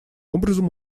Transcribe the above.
образом